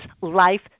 life